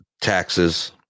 taxes